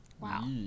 wow